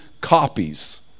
copies